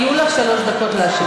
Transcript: יהיו לך שלוש דקות להשיב.